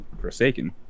forsaken